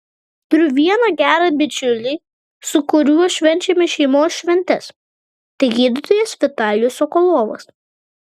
turiu vieną gerą bičiulį su kuriuo švenčiame šeimos šventes tai gydytojas vitalijus sokolovas